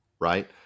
Right